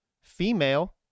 female